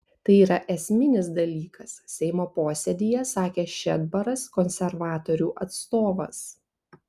tai yra esminis dalykas seimo posėdyje sakė šedbaras konservatorių atstovas